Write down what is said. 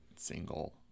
single